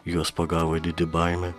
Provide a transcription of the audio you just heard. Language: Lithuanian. juos pagavo didi baimė